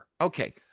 okay